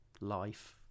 life